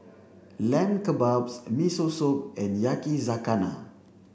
Lamb Kebabs Miso Soup and Yakizakana